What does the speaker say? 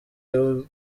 bari